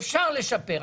אפשר לשפר,